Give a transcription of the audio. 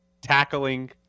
tackling